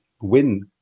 win